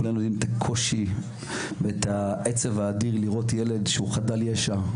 כולנו יודעים את הקושי ואת העצב האדיר לראות ילד שהוא חדל ישע,